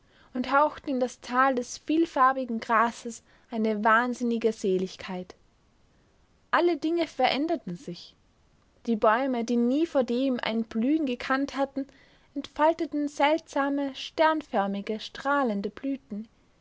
und hauchten in das tal des vielfarbigen grases eine wahnsinnige seligkeit alle dinge veränderten sich die bäume die nie vordem ein blühen gekannt hatten entfalteten seltsame sternförmige strahlende blüten